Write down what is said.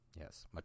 Yes